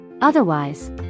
Otherwise